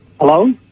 Hello